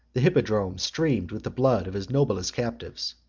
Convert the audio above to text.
the hippodrome streamed with the blood of his noblest captives.